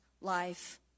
life